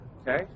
okay